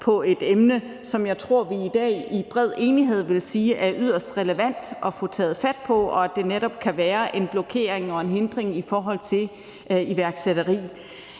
med et emne, som jeg tror vi i dag i bred enighed vil sige er yderst relevant at få taget fat på, og at det netop kan være en blokering og en hindring for iværksætteri.